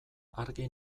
argi